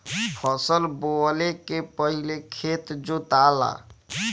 फसल बोवले के पहिले खेत जोताला